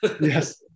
Yes